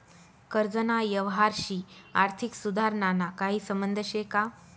कर्जना यवहारशी आर्थिक सुधारणाना काही संबंध शे का?